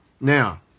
Now